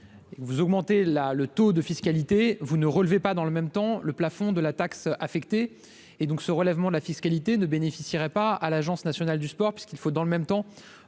vous augmentez la le taux de fiscalité, vous ne relevait pas dans le même temps, le plafond de la taxe affectée et donc ce relèvement de la fiscalité ne bénéficierait pas à l'Agence nationale du sport puisqu'il faut dans le même temps,